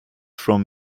from